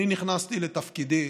כשנכנסתי לתפקידי